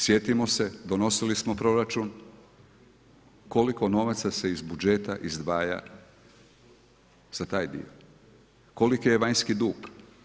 Sjetimo se, donosili smo proračun, koliko novaca se iz budžeta izdvaja za taj dio, koliki je vanjski dug.